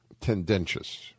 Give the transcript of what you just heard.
tendentious